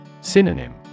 Synonym